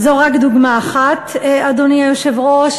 זו רק דוגמה אחת, אדוני היושב-ראש.